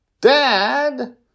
Dad